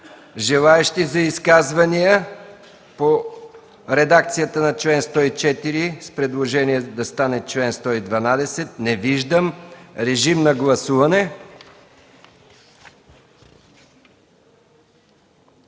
Желаещи за изказвания по редакцията на чл. 104, с предложение да стане чл. 112, има ли? Не виждам. Моля, режим на гласуване.